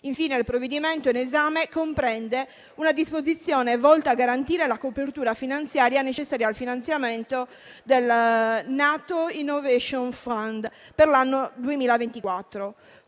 Infine, il provvedimento in esame comprende una disposizione volta a garantire la copertura finanziaria necessaria al finanziamento del NATO Innovation Fund per l'anno 2024.